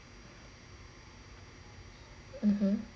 (uh huh)